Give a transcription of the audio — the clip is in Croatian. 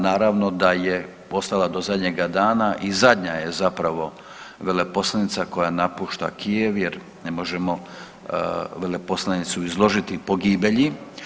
Naravno da je ostala do zadnjega dana i zadnja je zapravo veleposlanica koja napušta Kijev, jer ne možemo veleposlanicu izložiti pogibelji.